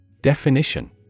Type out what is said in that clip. Definition